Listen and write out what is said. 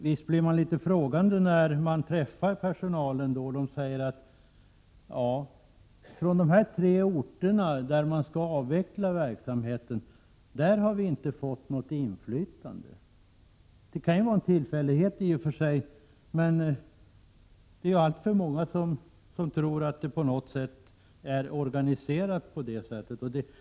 Man blir litet frågande när man träffar personal som säger: Från de orter där verksamhet skall avvecklas har vi inte fått något inflytande. Det kan i och för sig vara en tillfällighet, men alltför många tror att det hela är organiserat på det viset.